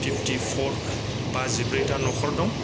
fifty four बाजिब्रैथा न'खर दं